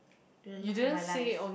to the love of my life